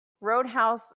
Roadhouse